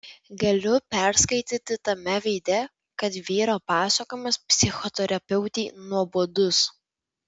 galiu perskaityti tame veide kad vyro pasakojimas psichoterapeutei nuobodus